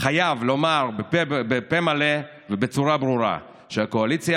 חייב לומר בפה מלא ובצורה ברורה שהקואליציה